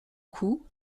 cou